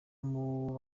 mubo